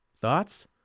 thoughts